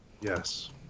Yes